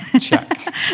Check